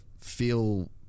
feel